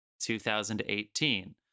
2018